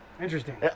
Interesting